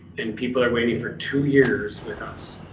and people are waiting for two years with us.